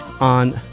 on